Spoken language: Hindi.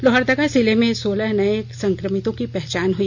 लोहरदगा जिले में सोलह नये संक्रमितों की पहचान हुई